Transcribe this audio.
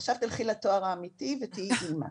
עכשיו תלכי לתואר האמיתי ותהיי אמא.."